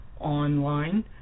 online